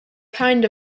kind